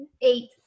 eight